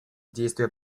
действия